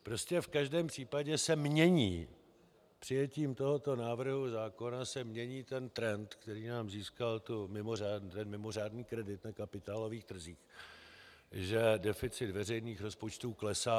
Prostě v každém případě se přijetím tohoto návrhu zákona mění ten trend, který nám získal mimořádný kredit na kapitálových trzích, že deficit veřejných rozpočtů klesá.